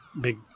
big